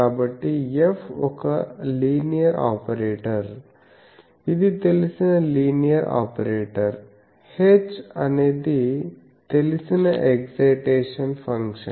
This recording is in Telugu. కాబట్టి F ఒక లీనియర్ ఆపరేటర్ ఇది తెలిసిన లీనియర్ ఆపరేటర్ h అనేది తెలిసిన ఎక్సయిటేషన్ ఫంక్షన్